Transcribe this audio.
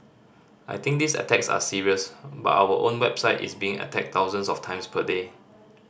I think these attacks are serious but our own website is being attacked thousands of times per day